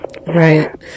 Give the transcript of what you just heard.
Right